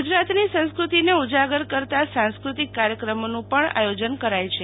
ગુજરાતની સંસ્કૃતિને ઉજાગર કરતાં સાંસ્કૃતિક કાર્યક્રમોનું પણ આયોજન કરાય છે